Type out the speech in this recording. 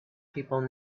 people